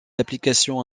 applications